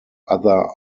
other